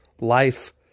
life